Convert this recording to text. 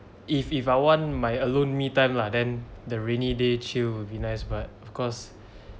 if if I want my alone me time lah then the rainy day chill but of course